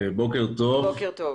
בוקר טוב.